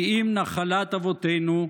כי אם נחלת אבותינו,